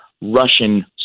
Russian